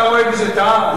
אתה רואה בזה טעם?